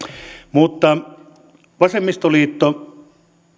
mutta vasemmistoliitto